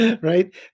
right